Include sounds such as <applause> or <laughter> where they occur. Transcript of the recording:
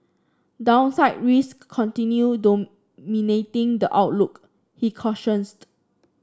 downside risk continue dominating the outlook he <unintelligible>